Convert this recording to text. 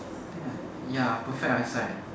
think I ya perfect eyesight